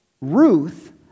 Ruth